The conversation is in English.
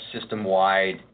system-wide